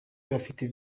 bafite